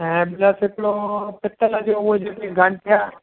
ऐं प्लस हिकिड़ो पितल जो उहो जेके गांठिया